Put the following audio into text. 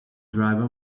driver